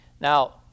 Now